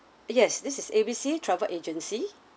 yes this is A B C travel agency